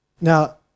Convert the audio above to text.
Now